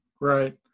Right